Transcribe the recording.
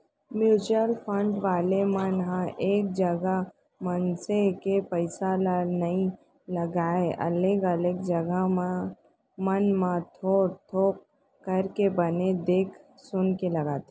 mutual fund वाले मन ह एक जगा मनसे के पइसा ल नइ लगाय अलगे अलगे जघा मन म थोक थोक करके बने देख सुनके लगाथे